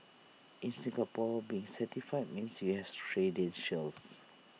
in Singapore being certified means you have credentials